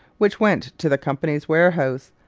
which went to the company's warehouse,